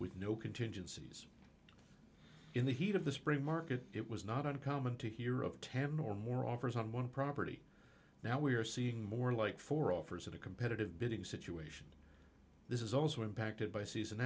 with no contingencies in the heat of the spring market it was not uncommon to hear of ten or more offers on one property now we are seeing more like four offers at a competitive bidding situation this is also impacted by season